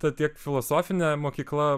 ta tiek filosofinė mokykla